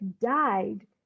died